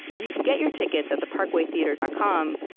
you can get your tickets at theparkwaytheater dot com,